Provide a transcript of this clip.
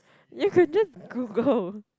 you could just Google